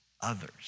others